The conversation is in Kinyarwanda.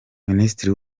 minisitiri